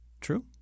true